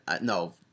No